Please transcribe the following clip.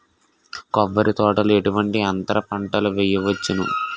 కొబ్బరి తోటలో ఎటువంటి అంతర పంటలు వేయవచ్చును?